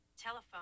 Telephone